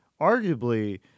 arguably